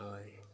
हय